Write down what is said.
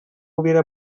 hubiera